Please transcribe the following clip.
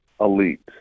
elite